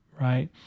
right